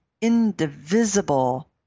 indivisible